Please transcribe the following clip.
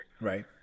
right